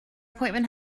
appointment